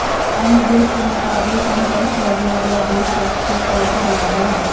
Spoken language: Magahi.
अन्य देश के मुकाबले कम टैक्स लगे बाला देश टैक्स के स्वर्ग कहलावा हई